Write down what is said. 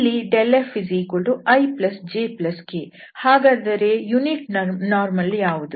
ಹಾಗಾದರೆ ಏಕಾಂಶ ಲಂಬ ಯಾವುದು